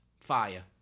Fire